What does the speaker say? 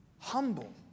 Humble